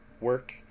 work